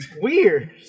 weird